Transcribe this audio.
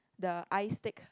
the I Steak